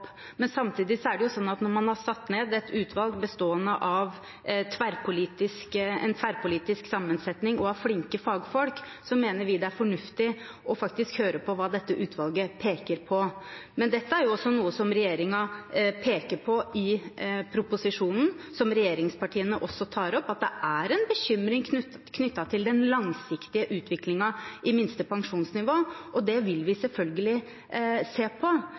Men når man har satt ned et utvalg med en tverrpolitisk sammensetning og flinke fagfolk, mener vi det er fornuftig faktisk å høre på hva dette utvalget peker på. Det er noe regjeringen peker på i proposisjonen, og som regjeringspartiene tar opp – at det er en bekymring knyttet til den langsiktige utviklingen i minste pensjonsnivå. Det vil vi selvfølgelig se på.